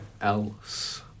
else